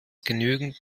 genügend